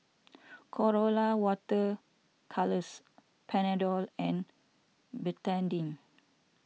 Colora Water Colours Panadol and Betadine